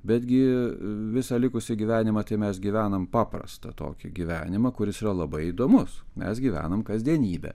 betgi visą likusį gyvenimą tai mes gyvenam paprastą tokį gyvenimą kuris yra labai įdomus mes gyvenam kasdienybę